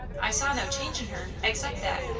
i saw no change in her except that,